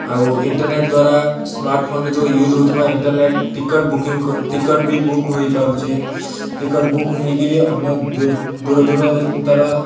ଆଉ ଇଣ୍ଟର୍ନେଟ୍ ଦ୍ୱାରା ସ୍ମାର୍ଟଫୋନ୍ରେ ଯେଉଁ ୟୁଜ୍ ହେଉଥିବା ଇଣ୍ଟର୍ନେଟ୍ ଟିକେଟ୍ ବୁକିଂ ଟିକେଟ୍ବି ବୁକ୍ ହେଇପାରୁଛି ଟିକେଟ୍ ବୁକ୍ ହେଇକିରି ଅନ୍ୟ ଦୂରନ୍ତାର